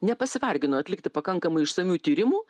nepasivargino atlikti pakankamai išsamių tyrimų